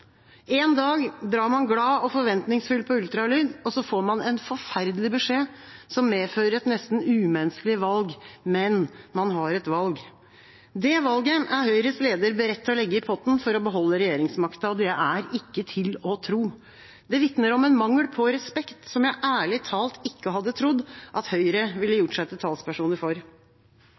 En dag drar man glad og forventningsfull på ultralyd. Så får man en forferdelig beskjed som medfører et nesten umenneskelig valg – men man har et valg. Det valget er Høyres leder beredt til å legge i potten for å beholde regjeringsmakta, og det er ikke til å tro. Det vitner om en mangel på respekt som jeg ærlig talt ikke hadde trodd at Høyre ville gjort seg til talspersoner for.